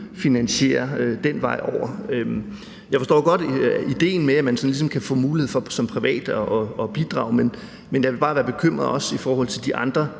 taget her i Folketinget. Jeg forstår godt ideen med, at man ligesom kan få mulighed for som privat at bidrage, men jeg er bare bekymret i forhold til også de andre